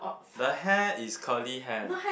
the hair is curly hair leh